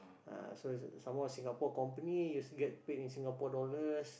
ah so some more Singapore company you also get paid in Singapore dollars